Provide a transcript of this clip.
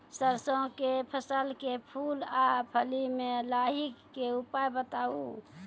सरसों के फसल के फूल आ फली मे लाहीक के उपाय बताऊ?